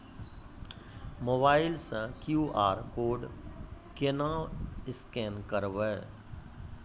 Mobile से QR code केना scan करबै?